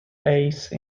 ace